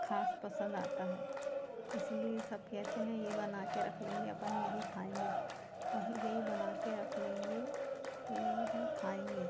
खास पसंद आता है इसलिए सब कहते हैं यह बनाकर रख लेंगे अपन यही खाएँगे वहीं यही बनाकर रख लेंगे यही खाएँगे